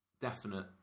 definite